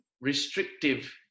restrictive